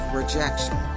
rejection